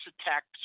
attacks